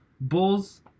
Bulls